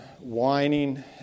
whining